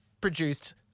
produced